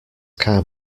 car